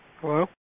Hello